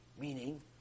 Meaning